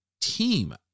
team